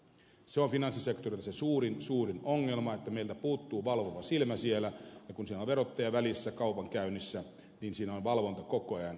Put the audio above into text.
se on finanssisektorilla se suurin ongelma että meiltä puuttuu valvova silmä siellä ja kun siinä on verottaja välissä kaupankäynnissä niin siinä on valvonta koko ajan